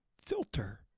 filter